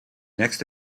next